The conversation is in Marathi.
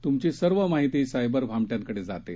त्मची सर्व माहिती सायबर भामट्यांकडे जाते